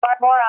More